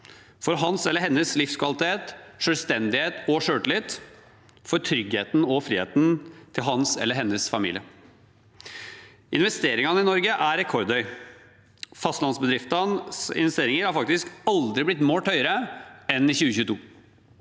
for hans eller hennes livskvalitet, selvstendighet og selvtillit, for tryggheten og friheten til hans eller hennes familie. Investeringene i Norge er rekordhøye. Fastlandsbedriftenes investeringer har faktisk aldri blitt målt høyere enn i 2022,